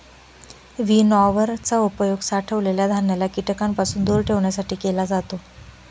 winnower चा उपयोग साठवलेल्या धान्याला कीटकांपासून दूर ठेवण्यासाठी केला जातो